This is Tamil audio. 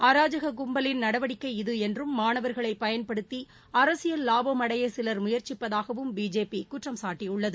அராஜக கும்பலின் நடவடிக்கை இது என்றும் மாணவர்களை பயன்படுத்தி அரசியல் லாபம் அடைய சிலர் முயற்சிப்பதாகவும் பிஜேபி குற்றம் சாட்டியுள்ளது